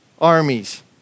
armies